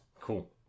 Cool